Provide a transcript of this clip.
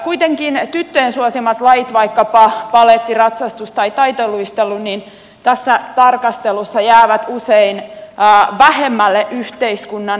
kuitenkin tyttöjen suosimat lajit vaikkapa baletti ratsastus tai taitoluistelu tässä tarkastelussa jäävät usein vähemmälle yhteiskunnan tuelle